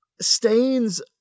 stains